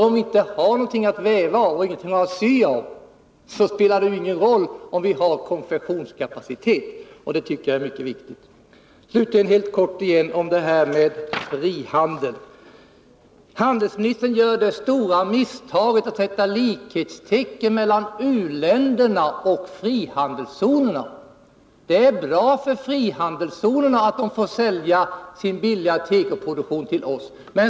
Om vi inte har någonting att väva eller sy av, spelar det ingen roll om vi har konfektionskapacitet. Detta är mycket viktigt. Slutligen helt kort om frihandeln: Handelsministern gör det stora misstaget att han sätter likhetstecken mellan u-länderna och frihandelszonerna. Det är bra för frihandelszonerna att de får sälja sin billiga tekoproduktion till oss, säger handelsministern.